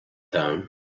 tone